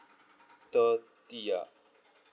thirty ah